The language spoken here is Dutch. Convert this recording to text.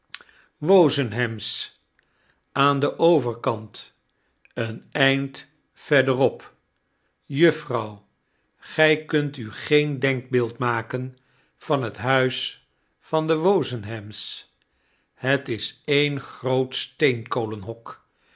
hams aan den overkant een eind verderop juffrouw gy kunt u geen denkbeeld maken van het huis van de wozenhams het is een groot steenkolenhok